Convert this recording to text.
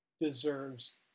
deserves